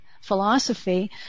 philosophy